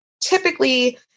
typically